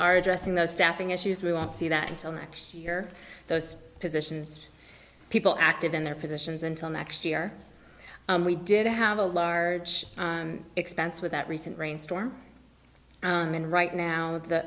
are addressing the staffing issues we won't see that until next year those positions people active in their positions until next year and we did have a large expense with that recent rain storm and right now th